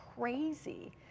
crazy